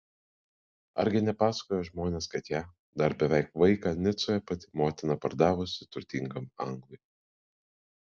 argi nepasakojo žmonės kad ją dar beveik vaiką nicoje pati motina pardavusi turtingam anglui